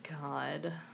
God